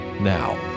now